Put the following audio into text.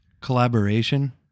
Collaboration